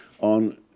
on